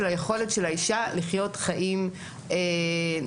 היכולת של האישה לחיות חיים נורמטיביים.